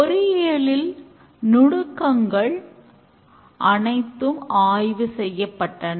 பொறியியலில் நுணுக்கங்கள் அனைத்தும் ஆய்வு செய்யப்பட்டன